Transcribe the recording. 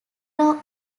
law